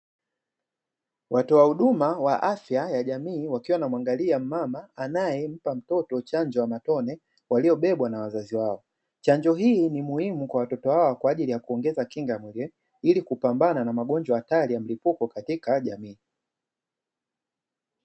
Watoa huduma wa afya ya jamii wakiwa na mwangalia mama anayempa mtoto chanjo ya matone, waliobebwa na wazazi wao. Chanjo hii ni muhimu kwa watoto wao kwa ajili ya kuongeza kinga ya mwili ili kupambana na magonjwa hatari ya mlipuko katika jamii.